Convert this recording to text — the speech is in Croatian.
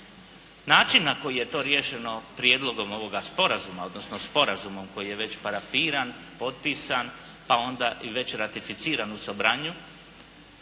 Način na koji je to riješeno prijedlogom ovoga sporazuma, odnosno sporazumom koji je već parafiran, potpisan pa onda i već ratificiran Sobranju,